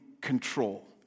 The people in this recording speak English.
control